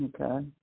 Okay